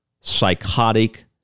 psychotic